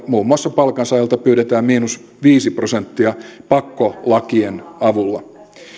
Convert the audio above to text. muun muassa palkansaajilta pyydetään miinus viisi prosenttia pakkolakien avulla